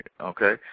okay